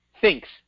thinks